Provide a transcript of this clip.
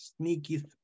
Sneaky